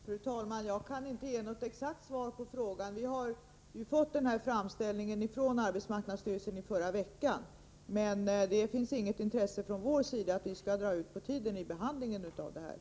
Fru talman! Jag kan inte ge något exakt svar på frågan. Vi fick ju framställningen från arbetsmarknadsstyrelsen i förra veckan, men från vår sida finns det inget intresse av att dra ut på tiden när det gäller behandlingen av frågan.